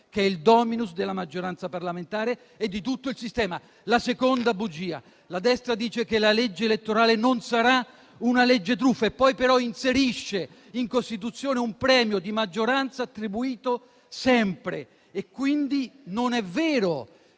che è il *dominus* della maggioranza parlamentare e di tutto il sistema. La seconda bugia: la destra afferma che la legge elettorale non sarà una legge truffa. Poi, però, inserisce addirittura in Costituzione un premio di maggioranza attribuito sempre. Quindi, non è vero